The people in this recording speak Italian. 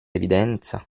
evidenza